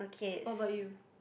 what about you